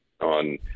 on